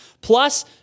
Plus